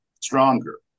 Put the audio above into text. stronger